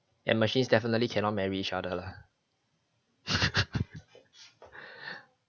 and machines definitely cannot marry each other lah